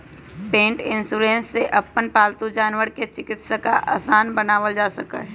पेट insurance से अपन पालतू जानवर के चिकित्सा आसान बनावल जा सका हई